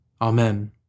Amen